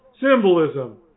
Symbolism